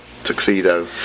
Tuxedo